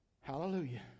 Hallelujah